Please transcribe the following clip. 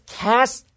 cast